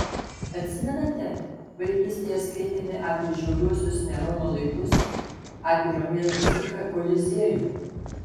atsimenate vaikystėje skaitėme apie žiauriuosius nerono laikus apie romėnų cirką koliziejų